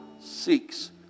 seeks